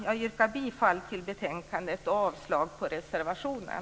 Jag yrkar bifall till hemställan i betänkandet och avslag på reservationen.